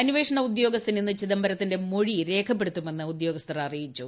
അന്വേഷണ ഉദ്യോഗസ്ഥൻ ഇന്ന് ചിദംബരത്തിന്റെ മൊഴി രേഖപ്പെടുത്തുമെന്ന് ഉദ്യോഗസ്ഥർ അറിയിച്ചു